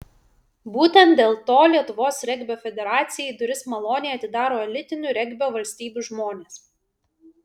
būtent dėl to lietuvos regbio federacijai duris maloniai atidaro elitinių regbio valstybių žmonės